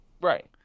Right